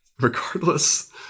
regardless